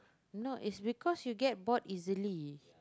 you know it's because you get bored easily